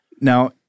Now